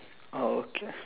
orh okay